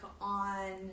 on